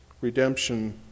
redemption